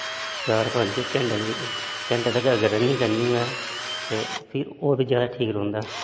चार पंज घैंटे घैंटे तकर अगर रनिंग करनी होऐ ते फिर होर बी ज्यादा ठीक रौंहदा